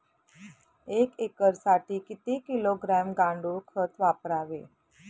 एक एकरसाठी किती किलोग्रॅम गांडूळ खत वापरावे?